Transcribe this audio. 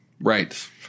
Right